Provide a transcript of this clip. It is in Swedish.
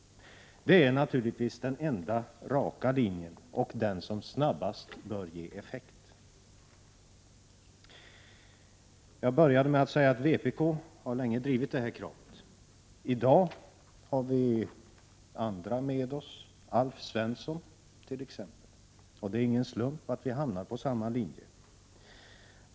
Det är naturligtvis den enda raka linjen och den som snabbast bör ge effekt. Jag började med att säga att vpk länge drivit det här kravet. I dag har vi andra med oss, t.ex. Alf Svensson. Det är ingen slump att vi hamnat på samma linje.